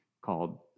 called